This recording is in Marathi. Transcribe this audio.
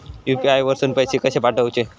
यू.पी.आय वरसून पैसे कसे पाठवचे?